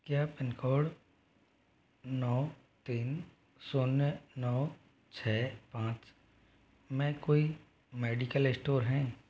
क्या pin code नौ तीन शून्य नौ छः पाँच में कोई मेडिकल इस्टोर हैं